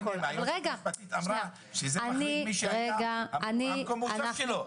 היועצת המשפטית אמרה שזה מחריג מי --- מקום מוצא שלו.